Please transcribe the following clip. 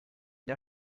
der